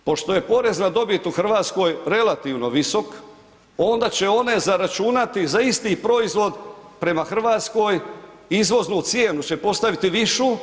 Pošto je porez na dobit u Hrvatskoj relativno visok onda će one zaračunati za isti proizvod prema Hrvatskoj izvoznu cijenu će postaviti višu.